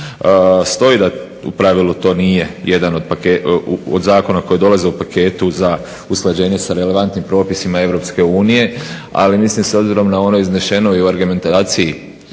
Stoji da u pravilu to nije jedan od zakona koji dolaze u paketu za usklađenje sa relevantnim propisima EU, ali mislim s obzirom na ono izneseno i u argumentaciji